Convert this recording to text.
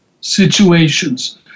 situations